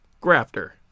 grafter